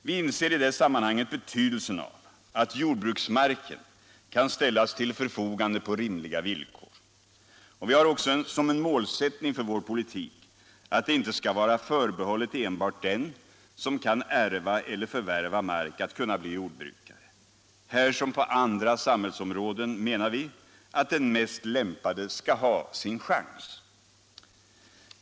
Vi inser i det sammanhanget betydelsen av att jordbruksmarken kan ställas till förfogande på rimliga villkor. Och vi har också som en målsättning för vår politik att det inte skall vara förbehållet enbart den som kan ärva eller förvärva mark att kunna bli jordbrukare. Här som på andra samhällsområden menar vi att den mest lämpade skall ha sin chans.